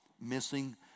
missing